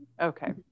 Okay